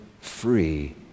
free